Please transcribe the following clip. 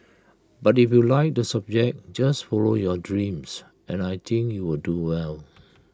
but if you like the subject just follow your dreams and I think you'll do well